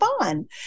fun